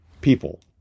people